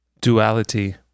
Duality